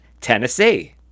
Tennessee